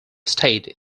state